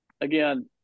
again